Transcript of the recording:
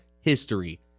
history